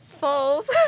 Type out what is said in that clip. false